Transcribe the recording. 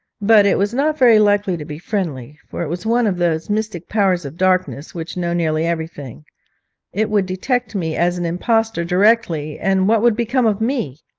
but it was not very likely to be friendly, for it was one of those mystic powers of darkness which know nearly everything it would detect me as an impostor directly, and what would become of me?